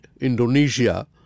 Indonesia